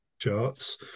Charts